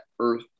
earth